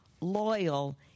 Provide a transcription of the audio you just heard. loyal